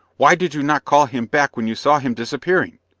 why did you not call him back when you saw him disappearing?